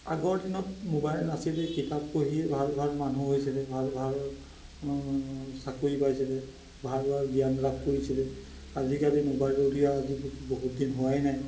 আগৰ দিনত মোবাইল নাছিলে কিতাপ পঢ়িয়ে ভাল ভাল মানুহ হৈছিলে ভাল ভাল চাকৰি পাইছিলে ভাল ভাল জ্ঞান লাভ কৰিছিলে আজিকালি মোবাইল উলিওৱা আজি বহুত দিন হোৱাই নাই